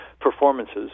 performances